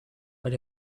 but